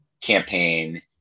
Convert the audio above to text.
campaign